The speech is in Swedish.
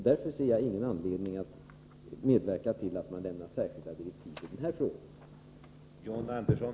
Därför ser jag inte någon anledning att medverka till att man lämnar särskilda direktiv i den här frågan.